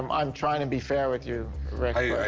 um i'm trying to be fair with you.